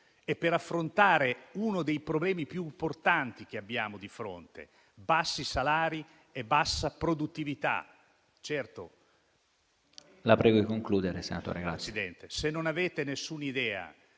e per affrontare uno dei problemi più importanti che abbiamo di fronte: bassi salari e bassa produttività.